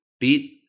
beat